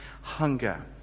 hunger